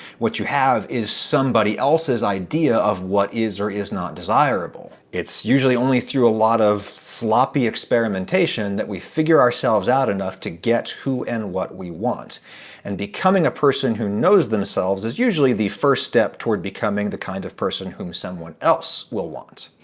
what you have is somebody else's idea of what is or is not desirable. it's usually only through a lot of sloppy experimentation that we figure ourselves out enough to get who and what we want and becoming a person who knows themselves is usually the first step toward becoming the kind of person whom someone else will want.